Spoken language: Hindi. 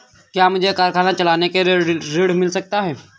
क्या मुझे कारखाना चलाने के लिए ऋण मिल सकता है?